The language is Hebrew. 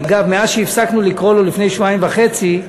אגב, מאז שהפסקנו לקרוא לו, לפני שבועיים וחצי,